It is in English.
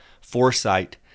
foresight